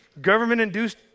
government-induced